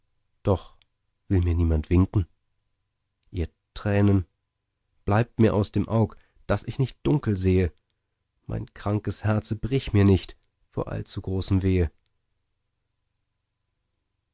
doch will mir niemand winken ihr tränen bleibt mir aus dem aug daß ich nicht dunkel sehe mein krankes herze brich mir nicht vor allzu großem wehe